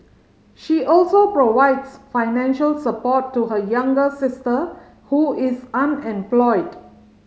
she also provides financial support to her younger sister who is unemployed